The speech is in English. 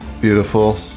Beautiful